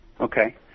Okay